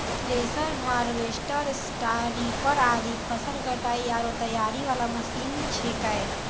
thresher, harvester, स्टारीपर आदि फसल कटाई आरो तैयारी वाला मशीन छेकै